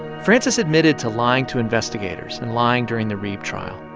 frances admitted to lying to investigators and lying during the reeb trial.